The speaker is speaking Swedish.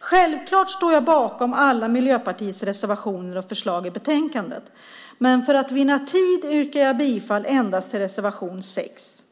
Självklart står jag bakom alla Miljöpartiets reservationer och förslag i betänkandet, men för att vinna tid yrkar jag bifall endast till reservation 6.